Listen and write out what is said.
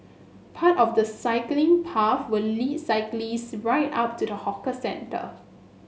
part of the cycling path will lead cyclist right up to the hawker centre